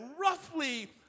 roughly